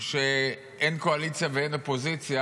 שאין קואליציה ואין אופוזיציה,